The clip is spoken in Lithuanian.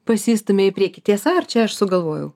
pasistumia į priekį tiesa ar čia aš sugalvojau